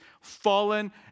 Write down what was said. fallen